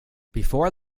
before